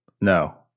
no